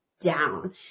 down